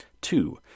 Two